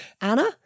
Anna